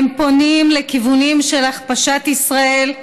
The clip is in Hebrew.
הם פונים לכיוונים של הכפשת ישראל,